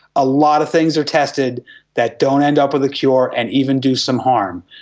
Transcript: a lot of things are tested that don't end up with a cure and even do some harm.